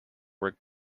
worked